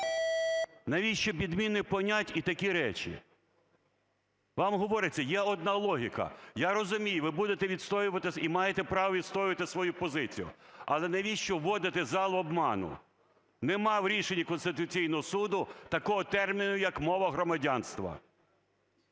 Навіщо підміни понять і такі речі? Вам говориться, є одна логіка. Я розумію, ви будете відстоювати, і маєте право відстоювати свою позицію, але навіщо вводити зал в обман? Нема в рішенні Конституційного Суду такого терміну, як "мова громадянства".